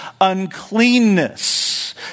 uncleanness